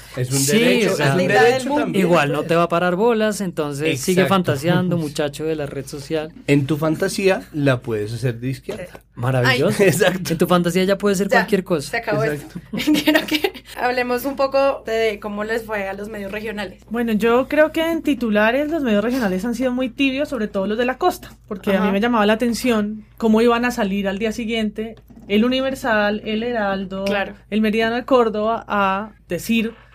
Es un Sí, derecho, o sea, es un La realidad del derecho mundo. también, pues. igual no te va a parar bolas, entonces sigue Exacto. fantaseando, muchacho de la red social. En tu fantasía la puedes hacer de izquierda. Maravilloso. Ay. Exacto. En tu fantasía ya puede ser Ya, cualquier cosa. se acabó esto. Exacto. Quiero que hablemos un poco de cómo les fue a los medios regionales. Bueno, yo creo que en titulares los medios regionales han sido muy tibios, sobre todo los de la costa, porque a mí Ajá. me llamaba la atención cómo iban a salir al día siguiente, El Universal, El Heraldo, Claro. El Meridiano de Córdoba a decir